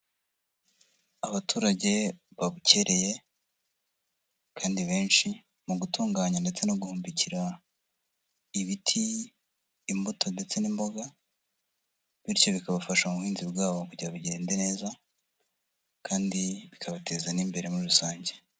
Abaturage babukereye kandi benshi mu gutunganya ndetse no guhumbikira ibiti imbuto ndetse n'imboga, bityo bikabafasha mu buhinzi bwabo kugira bugenda neza kandi bikabateza n'imbere muri rusange.